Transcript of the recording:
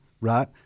right